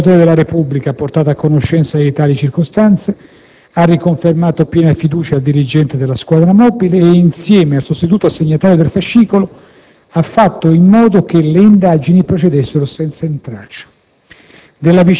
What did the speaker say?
Il procuratore della Repubblica, portato a conoscenza di tali circostanze, ha riconfermato piena fiducia al dirigente della Squadra mobile e, insieme al sostituto assegnatario del fascicolo, ha fatto in modo che le indagini procedessero senza intralcio.